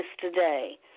today